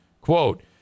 Quote